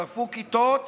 שרפו כיתות